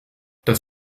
das